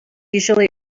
usually